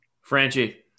Franchi